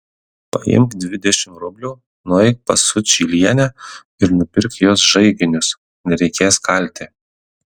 paimk dvidešimt rublių nueik pas sučylienę ir nupirk jos žaiginius nereikės kalti